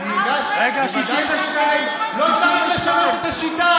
לא צריך לשנות את השיטה.